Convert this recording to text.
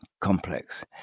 complex